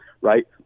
Right